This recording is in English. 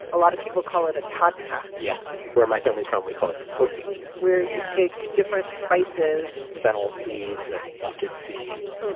a lot of people call it a tadka yes. where my family is from we call it phodni where you take different spices fennel seeds and mustard seeds